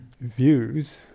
views